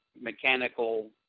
mechanical